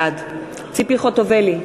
בעד ציפי חוטובלי,